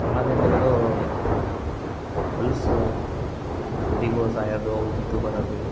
ಬಹಳ ದಿನ್ದ ಹಿಡ್ದೂ ಹೊಲಸ ಹಂದಿಗೊಳ ಸಾಯದು ಅವು ಇದು ಬರದು